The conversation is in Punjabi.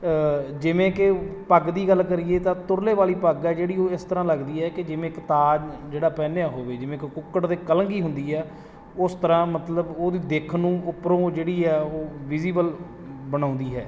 ਜਿਵੇਂ ਕਿ ਪੱਗ ਦੀ ਗੱਲ ਕਰੀਏ ਤਾਂ ਤੁਰਲੇ ਵਾਲੀ ਪੱਗ ਹੈ ਜਿਹੜੀ ਉਹ ਇਸ ਤਰ੍ਹਾਂ ਲੱਗਦੀ ਹੈ ਕਿ ਜਿਵੇਂ ਇੱਕ ਤਾਜ਼ ਜਿਹੜਾ ਪਹਿਨਿਆ ਹੋਵੇ ਜਿਵੇਂ ਕੋਈ ਕੁੱਕੜ ਦੇ ਕਲਗੀ ਹੁੰਦੀ ਹੈ ਉਸ ਤਰ੍ਹਾਂ ਮਤਲਬ ਉਹਦੀ ਦੇਖਣ ਨੂੰ ਉੱਪਰੋਂ ਜਿਹੜੀ ਹੈ ਉਹ ਵਿਜ਼ੀਵਲ ਬਣਾਉਂਦੀ ਹੈ